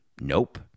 Nope